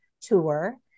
tour